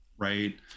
Right